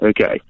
Okay